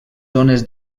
zones